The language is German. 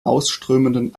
ausströmenden